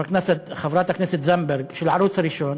חברת הכנסת זנדברג, של הערוץ הראשון,